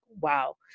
wow